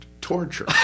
torture